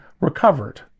recovered